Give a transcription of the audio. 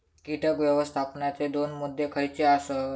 कीटक व्यवस्थापनाचे दोन मुद्दे खयचे आसत?